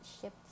shipped